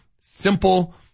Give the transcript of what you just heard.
simple